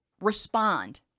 respond